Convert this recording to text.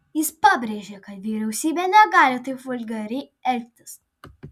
jis pabrėžė kad vyriausybė negali taip vulgariai elgtis